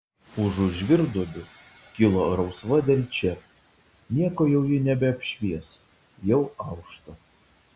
užu žvyrduobių kilo rausva delčia nieko jau ji nebeapšvies jau aušta